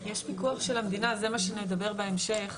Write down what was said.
יש פיקוח של המדינה, זה מה שנדבר בהמשך.